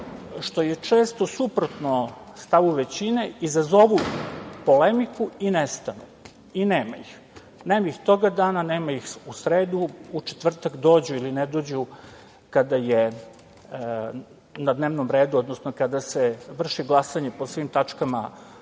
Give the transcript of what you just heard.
što je često suprotno stavu većine, izazovu polemiku i nestanu i nema ih. Nema ih toga dana, nema ih u sredu, u četvrtak dođu ili ne dođu, kada je na dnevnom redu, odnosno kada se vrši glasanje po svim tačkama